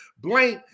blank